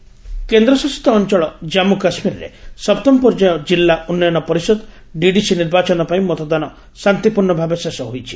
JK polling କେନ୍ଦ୍ରଶାସିତ ଅଞ୍ଚଳ ଜାନ୍ଥୁ କାଶ୍ମୀରରେ ସପ୍ତମ ପର୍ଯ୍ୟାୟ ଜିଲ୍ଲା ଉନ୍ନୟନ ପରିଷଦ ଡିଡିସି ନିର୍ବାଚନ ପାଇଁ ମତଦାନ ଶାନ୍ତିପୂର୍ଣ୍ଣ ଭାବେ ଶେଷ ହୋଇଛି